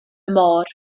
môr